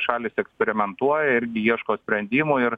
šalys eksperimentuoja irgi ieško sprendimo ir